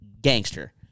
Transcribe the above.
gangster